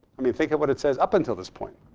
i mean think of what it says up until this point.